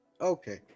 Okay